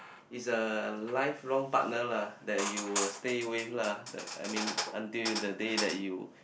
is a lifelong partner lah that you will stay with lah I mean until the day that you